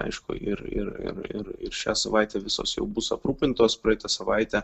aišku ir ir ir ir ir šią savaitę visos jau bus aprūpintos praeitą savaitę